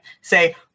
say